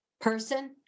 Person